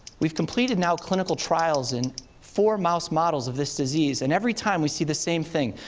we've completed, now, clinical trials in four mouse models of this disease. and every time, we see the same thing.